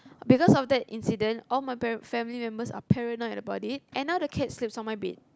because of that incident all my parent family members are paranoid about it and now the cat sleeps on my bed